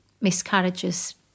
miscarriages